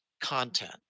content